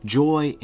joy